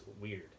weird